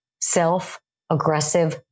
self-aggressive